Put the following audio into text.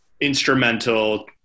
instrumental